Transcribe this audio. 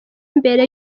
mbere